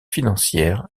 financière